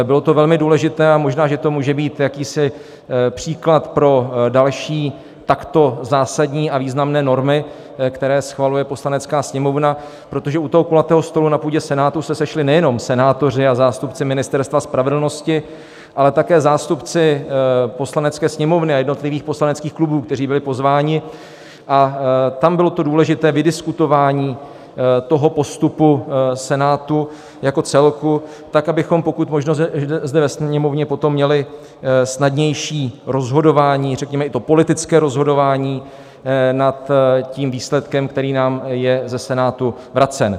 Bylo to velmi důležité a možná že to může být jakýsi příklad pro další takto zásadní a významné normy, které schvaluje Poslanecká sněmovna, protože u kulatého stolu na půdě Senátu se sešli nejenom senátoři a zástupci Ministerstva spravedlnosti, ale také zástupci Poslanecké sněmovny a jednotlivých poslaneckých klubů, kteří byli pozváni, a tam bylo to důležité vydiskutování postupu Senátu jako celku tak, abychom pokud možno zde ve Sněmovně potom měli snadnější rozhodování, řekněme, i politické rozhodování nad výsledkem, který nám je ze Senátu vracen.